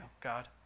God